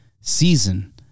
season